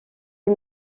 est